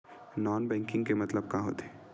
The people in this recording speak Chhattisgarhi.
नॉन बैंकिंग के मतलब का होथे?